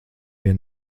pie